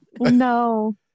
no